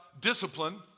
discipline